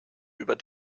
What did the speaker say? über